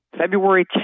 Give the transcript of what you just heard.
February